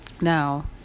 now